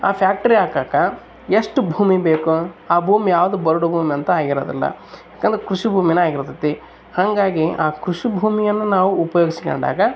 ಆ ಫ್ಯಾಕ್ಟ್ರಿ ಹಾಕಾಕ ಎಷ್ಟು ಭೂಮಿ ಬೇಕೋ ಆ ಭೂಮಿ ಯಾವುದು ಬರಡು ಭೂಮಿ ಅಂತ ಆಗಿರೋದಿಲ್ಲ ಯಾಕಂದರೆ ಕೃಷಿ ಭೂಮಿ ಆಗಿರ್ತದೆ ಹಂಗಾಗಿ ಆ ಕೃಷಿ ಭೂಮಿಯನ್ನು ನಾವು ಉಪಯೋಗಿಸ್ಕೊಂಡಾಗ